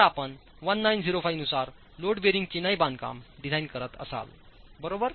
जर आपण1905 नुसारलोड बेयरिंग चिनाई बांधकाम डिझाइन करीत असाल बरोबर